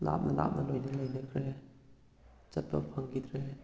ꯂꯥꯞꯅ ꯂꯥꯞꯅ ꯂꯣꯏꯅ ꯂꯩꯅꯈ꯭ꯔꯦ ꯆꯠꯄ ꯐꯪꯈꯤꯗ꯭ꯔꯦ